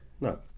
No